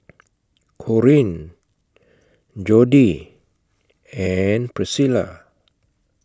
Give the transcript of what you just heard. Corene Jodie and Priscila